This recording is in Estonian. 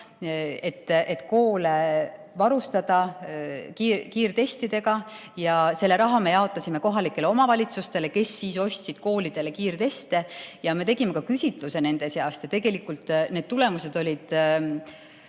et koole varustada kiirtestidega, ja selle raha me jaotasime kohalikele omavalitsustele, kes siis ostsid koolidele kiirteste. Me tegime ka küsitluse nende seas ja tegelikult need tulemused olid